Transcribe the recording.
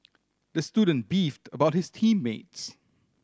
the student beefed about his team mates